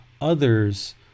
others